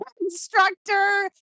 instructor